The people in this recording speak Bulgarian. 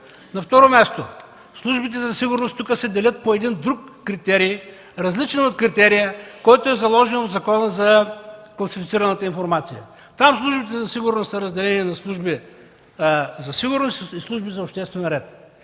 На второ място, службите за сигурност тук се делят по друг критерий, различен от критерия, заложен в Закона за класифицираната информация. Там службите за сигурност са разделени на служби за сигурност и служби за обществен ред.